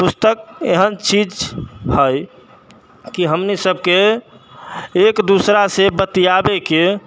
पुस्तक एहन चीज है की हमनी सबके एक दूसरा से बतियाबे के